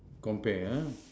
compare ah